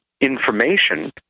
information